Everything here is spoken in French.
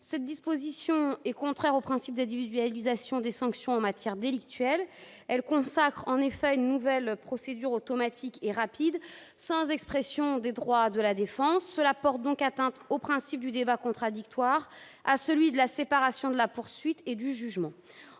Cette disposition est contraire au principe d'individualisation des sanctions en matière délictuelle. Elle consacre en effet une nouvelle procédure automatique et rapide, qui ne permet pas l'expression des droits de la défense. Cela porte atteinte au principe du débat contradictoire et à celui de la séparation de la poursuite et du jugement.